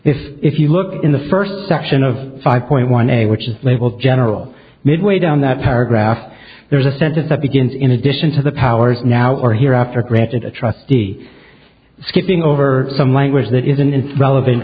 if if you look in the first section of five point one a which is labeled general midway down that paragraph there is a sentence that begins in addition to the powers now or hereafter granted a trustee skipping over some language that is in relevant